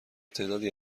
تعدادی